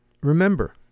remember